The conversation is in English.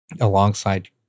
alongside